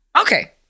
Okay